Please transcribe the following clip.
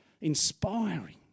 Inspiring